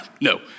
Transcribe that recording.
no